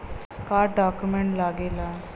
का डॉक्यूमेंट लागेला?